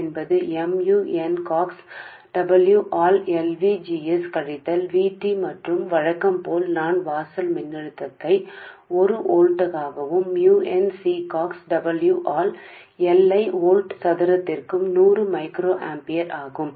ఎప్పటిలాగే నేను voltage voltage 1 volt గా భావిస్తాను మరియు వోల్ట్ స్క్వేర్కు 100 మైక్రోమీర్గా ఉండటానికి mu n C ox W లను L చేత పరిశీలిస్తుంది